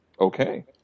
Okay